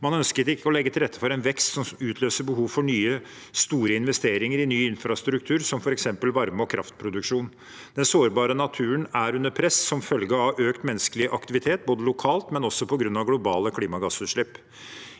Man ønsket ikke å legge til rette for en vekst som skulle utløse behov for nye, store investeringer i ny infrastruktur, som f.eks. varme- og kraftproduksjon. Den sårbare naturen er under press som følge av økt menneskelig aktivitet lokalt, men også på grunn av globale klimagassutslipp.